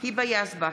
היבה יזבק,